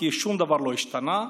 כי שום דבר לא השתנה.